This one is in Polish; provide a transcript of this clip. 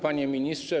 Panie Ministrze!